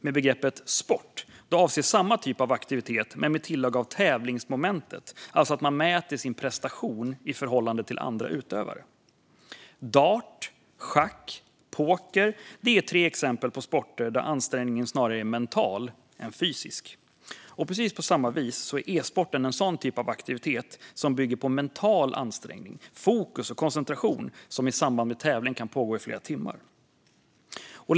Med begreppet sport avses samma typ av aktivitet men med tillägg av tävlingsmomentet, alltså att man mäter sin prestation i förhållande till andra utövare. Dart, schack och poker är tre exempel på sporter där ansträngningen snarare är mental än fysisk. På precis samma vis är e-sporten en aktivitet som bygger på mental ansträngning, fokus och koncentration och som i samband med tävling kan pågå i flera timmar.